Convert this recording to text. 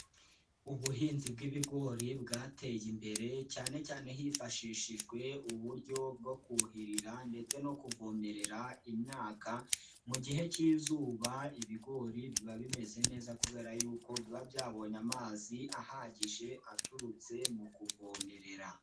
Ubuhinzi bw'ibigori bwateye imbere cyane cyane hifashishijwe uburyo bwo kuhirira ndetse no kuvomerera imyaka, mu gihe k'izuba ibigori biba bimeze neza kubera yuko biba byabonye amazi ahagije aturutse mu kuvomerera.